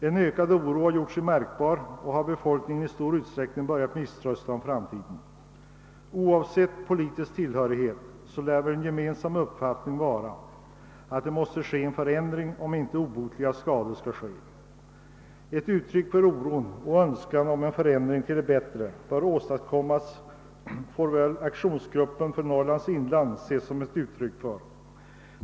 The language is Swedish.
En ökad oro har gjort sig märkbar, och befolkningen har i stor utsträckning börjat misströsta om framtiden. Oavsett politisk tillhörighet lär en gemensam uppfattning vara att det måste åstadkommas en förändring, om inte obotliga skador skall uppstå. Ett uttryck för oron och önskan om en förändring till det bättre får väl »Aktionsgruppen för Norrlands inland» anses vara.